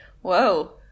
whoa